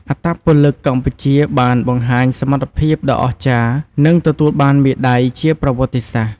អត្តពលិកកម្ពុជាបានបង្ហាញសមត្ថភាពដ៏អស្ចារ្យ និងទទួលបានមេដាយជាប្រវត្តិសាស្រ្ត។